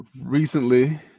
Recently